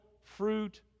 fruit